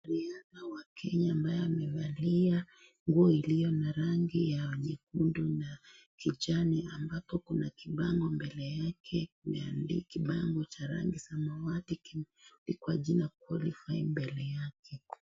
Mwanariadha wa Kenya ambaye amevaa nguo iliyo na rangi ya nyekundu na kijani ambapo kuna kibango mbele yake, kibango cha samawati kimeandikwa qualified mbele yake.